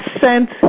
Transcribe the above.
sent